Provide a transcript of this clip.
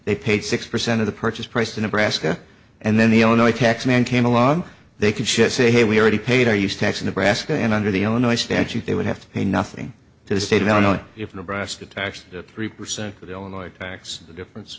they paid six percent of the purchase price to nebraska and then the only tax man came along they could just say hey we already paid our use tax nebraska and under the illinois statute they would have to pay nothing to the state of illinois if nebraska taxed three percent of illinois tax the difference